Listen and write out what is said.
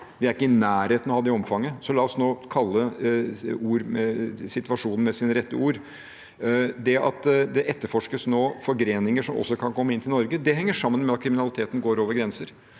Vi er ikke i nærheten av å ha det omfanget, så la oss nå kalle situasjonen med sitt rette ord. Det at det nå etterforskes forgreninger som også kan komme inn til Norge, henger sammen med at kriminaliteten går over grenser.